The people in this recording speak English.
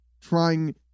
trying